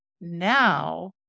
now